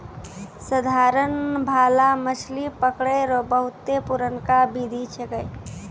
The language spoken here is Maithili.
साधारण भाला मछली पकड़ै रो बहुते पुरनका बिधि छिकै